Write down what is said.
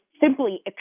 simply